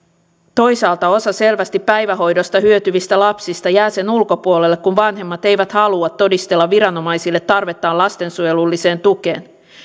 toisaalta osa selvästi päivähoidosta hyötyvistä lapsista jää sen ulkopuolelle kun vanhemmat eivät halua todistella viranomaisille tarvettaan lastensuojelulliseen tukeen